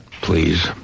Please